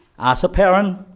as a parent,